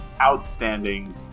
outstanding